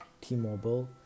T-Mobile